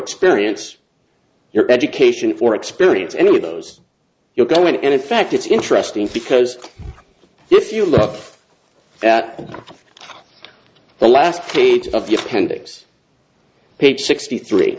experience your education for experience and with those you're going and in fact it's interesting because if you look at the last page of the appendix page sixty three